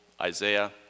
Isaiah